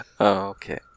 okay